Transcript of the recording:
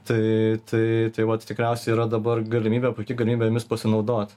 tai tai tai vat tikriausiai yra dabar galimybė puiki galimybė jomis pasinaudot